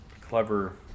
Clever